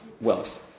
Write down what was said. wealth